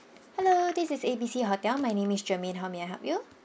hello this is A B C hotel my name is germaine how may I help you